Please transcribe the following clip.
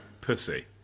pussy